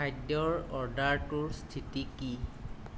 খাদ্যৰ অৰ্ডাৰটোৰ স্থিতি কি